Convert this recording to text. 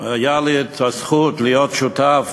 הייתה לי הזכות להיות שותף